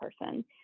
person